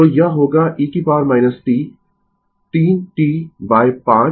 तो यह होगा e t 3 t 5